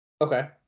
Okay